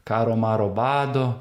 karo maro bado